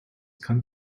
kann